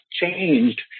changed